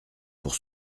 pour